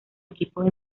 equipos